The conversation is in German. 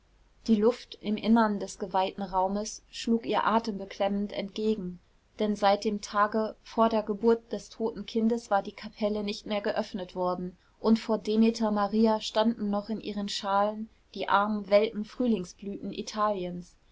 die luft im innern des geweihten raumes schlug ihr atembeklemmend entgegen denn seit dem tage vor der geburt des toten kindes war die kapelle nicht mehr geöffnet worden und vor demeter maria standen noch in ihren schalen die armen welken frühlingsblüten italiens